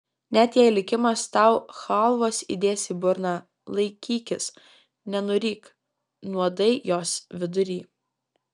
net jei likimas tau chalvos įdės į burną laikykis nenuryk nuodai jos vidury